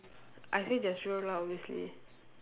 I say Jazrael lah obviously